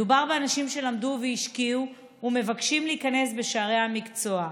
מדובר באנשים שלמדו והשקיעו ומבקשים להיכנס בשערי המקצוע.